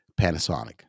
Panasonic